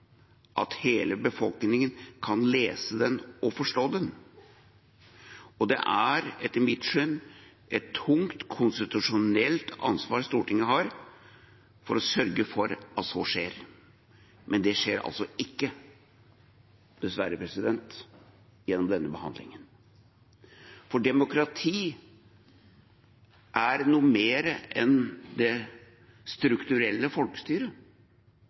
at hele befolkningen kan lese den og forstå den, og det er etter mitt skjønn et tungt konstitusjonelt ansvar Stortinget har for å sørge for at så skjer. Men det skjer altså ikke, dessverre, gjennom denne behandlingen. Demokrati er noe mer enn det strukturelle folkestyret.